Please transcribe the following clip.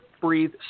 breathe